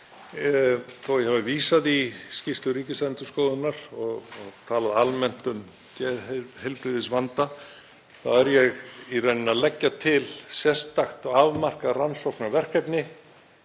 að ég hafi vísað í skýrslu Ríkisendurskoðunar og talað almennt um geðheilbrigðisvanda er ég í rauninni að leggja til sérstakt og afmarkað rannsóknarverkefni,